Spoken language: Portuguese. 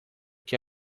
que